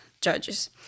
judges